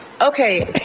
Okay